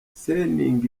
seninga